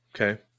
Okay